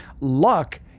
luck